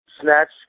Snatch